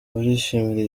barishimira